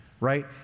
right